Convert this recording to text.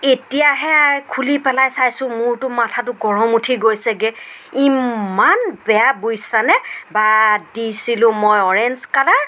এতিয়াহে আই খুলি পেলাই চাইছোঁ মোৰতো মাঠাটো গৰম উঠি গৈছেগৈ ইমান বেয়া বুইছানে বা দিছিলোঁ মই অৰেঞ্চ কালাৰ